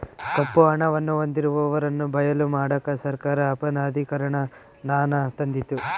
ಕಪ್ಪು ಹಣವನ್ನು ಹೊಂದಿರುವವರನ್ನು ಬಯಲು ಮಾಡಕ ಸರ್ಕಾರ ಅಪನಗದೀಕರಣನಾನ ತಂದಿತು